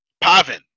Pavin